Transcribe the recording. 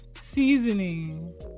seasoning